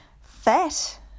Fat